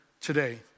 today